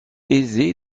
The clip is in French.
aisé